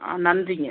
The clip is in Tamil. ஆ நன்றிங்க